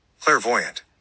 Clairvoyant